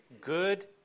good